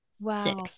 Wow